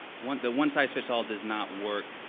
one the one size fits all does not work,